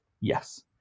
yes